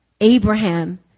Abraham